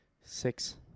six